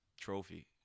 trophy